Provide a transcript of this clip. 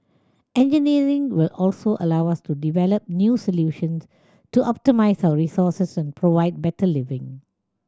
engineering will also allow us to develop new solutions to optimise our resources and provide better living